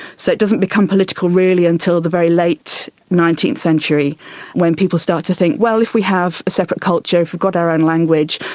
so it doesn't become political really until the very late nineteenth century when people started to think, well, if we have a separate culture, if we've got our own language,